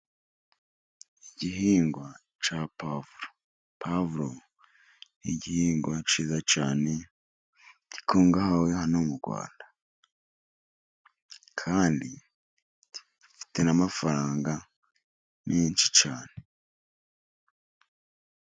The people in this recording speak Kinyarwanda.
Igihingwa cya pavuro, pavuro ni igihingwa cyiza cyane, gikungahaye hano mu Rwanda kandi gifite n'amafaranga menshi cyane.